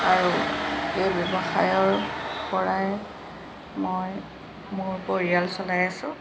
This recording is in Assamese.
আৰু এই ব্যৱসায়ৰপৰাই মই মোৰ পৰিয়াল চলাই আছোঁ